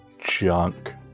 junk